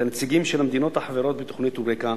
הנציגים של המדינות החברות בתוכנית "יוריקה",